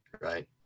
Right